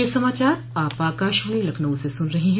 ब्रे क यह समाचार आप आकाशवाणी लखनऊ से सुन रहे हैं